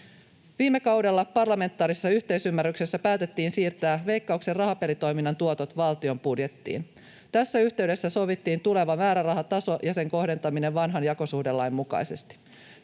Viime kaudella parlamentaarisessa yhteisymmärryksessä päätettiin siirtää Veikkauksen rahapelitoiminnan tuotot valtion budjettiin. Tässä yhteydessä sovittiin tuleva määrärahataso ja sen kohdentaminen vanhan jakosuhdelain mukaisesti.